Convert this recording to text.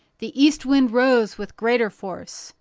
the east wind rose with greater force.